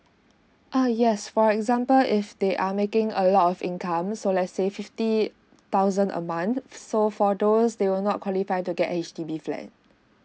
err yes for example if they are making a lot of income so let's say fifty thousand a month so for those they will not qualify to get H_D_B flat